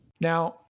Now